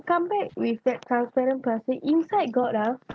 come back with that transparent plastic inside got ah